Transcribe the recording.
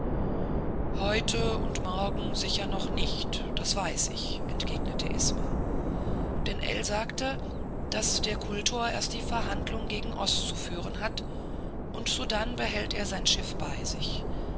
heute und morgen sicher noch nicht das weiß ich entgegnete isma denn ell sagte daß der kultor erst die verhandlung gegen oß zu führen hat und solange behält er sein schiff bei sich